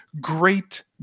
great